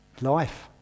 life